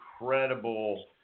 incredible